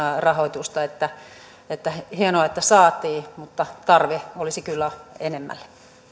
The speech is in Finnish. rahoitusta hienoa että saatiin mutta tarve olisi kyllä enemmälle